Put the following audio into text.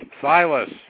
Silas